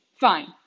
fine